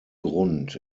grund